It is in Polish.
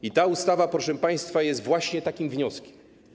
I ta ustawa, proszę państwa, jest właśnie takim wnioskiem.